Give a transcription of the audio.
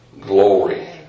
glory